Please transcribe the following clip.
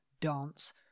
dance